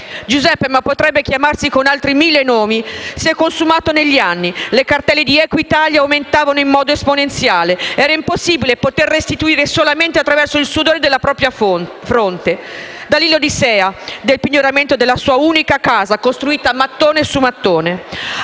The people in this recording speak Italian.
Giuseppe, ma potrebbe chiamarsi con altri mille nomi, si è consumato negli anni; le cartelle di Equitalia aumentavano in modo esponenziale, era impossibile poter restituire solamente attraverso il sudore della propria fronte. Da lì l'odissea del pignoramento della sua unica casa, costruita mattone su mattone.